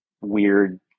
weird